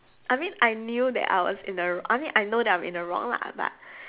I mean I knew that I was in a wr~ I mean I know that I am in the wrong lah but